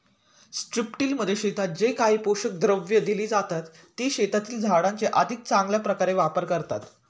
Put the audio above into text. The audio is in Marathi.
स्ट्रिपटिलमध्ये शेतात जे काही पोषक द्रव्ये दिली जातात, ती शेतातील झाडांचा अधिक चांगल्या प्रकारे वापर करतात